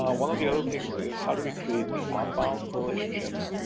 one of the other things is, how do we create the outbound relationships?